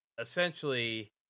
essentially